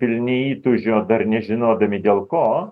pilni įtūžio dar nežinodami dėl ko